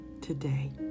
today